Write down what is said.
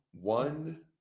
one